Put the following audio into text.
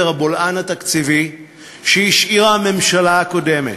הבולען התקציבי שהשאירה הממשלה הקודמת.